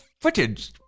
footage